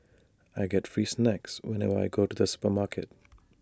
I get free snacks whenever I go to the supermarket